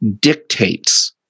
dictates